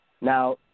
Now